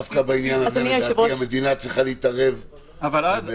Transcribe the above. דווקא בעניין הזה לדעתי המדינה צריכה להתערב בתקנות